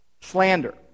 slander